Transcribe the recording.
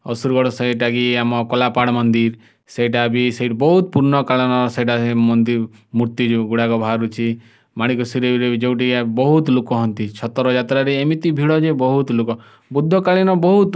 ଅସୁରଗଡ଼ ସେଇଟା କି ଆମର କଳା ପାହାଢ଼ ମନ୍ଦିର୍ ସେଇଟା ବି ବହୁତ ପୁରୁଣା କାଳର ସେଇଟା ମନ୍ଦିର୍ ମୂର୍ତ୍ତି ଯେଉଁଗୁଡ଼ାକ ବାହାରୁଛି ମାଣିକେଶ୍ୱରୀରେ ଯେଉଁଟା କି ବହୁତ ଲୋକ ହୁଅନ୍ତି ଛତ୍ର ଯାତ୍ରାରେ ଏମିତି ଭିଡ଼ ଯେ ବହୁତ ଲୋକ ବୁଦ୍ଧ କାଳିନ ବହୁତ